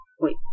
wait